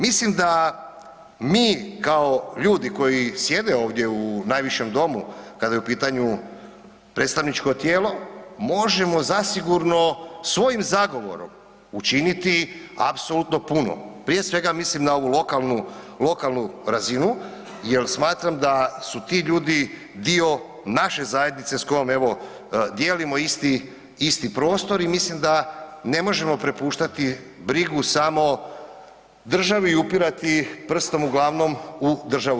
Mislim da mi kao ljudi koji sjede ovdje u najvišem domu kada je u pitanju predstavničko tijelo možemo zasigurno svojim zagovorom učiniti apsolutno puno, prije svega mislim na ovu lokalnu, lokalnu razinu jel smatram da su ti ljudi dio naše zajednice s kojom evo dijelimo isti, isti prostor i mislim da ne možemo prepuštati brigu samo državi i upirati prstom uglavnom u državu.